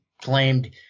claimed